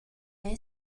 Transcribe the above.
era